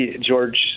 George